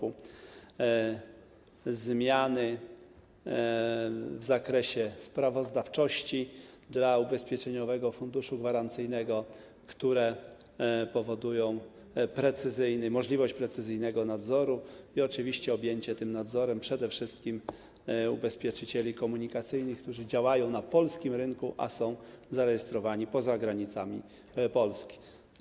Ustawa wprowadza zmiany w zakresie sprawozdawczości dla Ubezpieczeniowego Funduszu Gwarancyjnego, które powodują możliwość precyzyjnego nadzoru i oczywiście objęcie tym nadzorem przede wszystkim ubezpieczycieli komunikacyjnych, którzy działają na polskim rynku, a są zarejestrowani poza granicami Polski.